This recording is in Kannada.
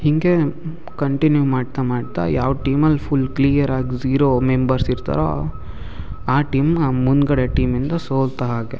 ಹೀಗೇ ಕಂಟಿನ್ಯೂ ಮಾಡ್ತಾ ಮಾಡ್ತಾ ಯಾವ ಟೀಮಲ್ಲಿ ಫುಲ್ ಕ್ಲಿಯರ್ ಆಗಿ ಜೀರೋ ಮೆಂಬರ್ಸ್ ಇರ್ತಾರೋ ಆ ಟೀಮ ಮುಂದುಗಡೆ ಟೀಮಿಂದ ಸೋತ ಹಾಗೆ